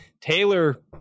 Taylor